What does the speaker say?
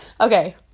Okay